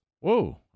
Whoa